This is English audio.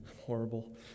Horrible